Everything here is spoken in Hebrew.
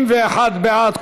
51 בעד,